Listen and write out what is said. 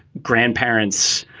grandparents,